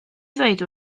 ddweud